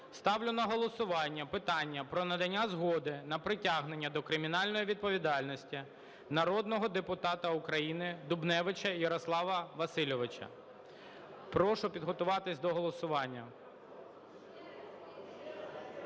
ставлю на голосування питання про надання згоди на притягнення до кримінальної відповідальності народного депутата України Дубневича Ярослава Васильовича. Прошу підготуватись до голосування.